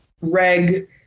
reg